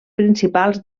principals